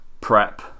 prep